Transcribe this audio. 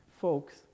Folks